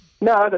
No